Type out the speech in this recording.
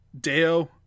Deo